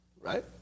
right